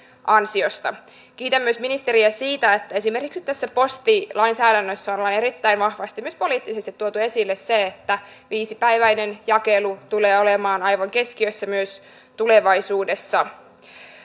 ansiosta kiitän myös ministeriä siitä että esimerkiksi tässä postilainsäädännössä ollaan erittäin vahvasti myös poliittisesti tuotu esille että viisipäiväinen jakelu tulee olemaan aivan keskiössä myös tulevaisuudessa